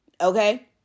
Okay